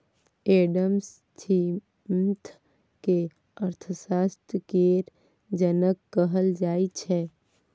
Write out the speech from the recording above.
Adam Smith केँ अर्थशास्त्र केर जनक कहल जाइ छै